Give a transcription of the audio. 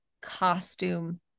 costume